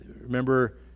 Remember